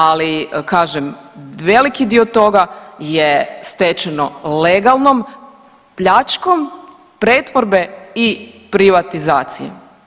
Ali kažem veliki dio toga je stečeno legalnom pljačkom pretvorbe i privatizacije.